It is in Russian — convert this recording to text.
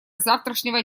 завтрашнего